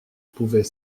pouvait